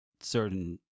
certain